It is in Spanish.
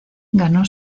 ganó